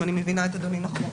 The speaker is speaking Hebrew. אם אני מבינה את אדוני נכון.